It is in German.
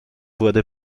wurde